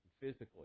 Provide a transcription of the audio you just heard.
physically